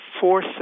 four